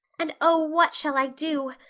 and oh, what shall i do?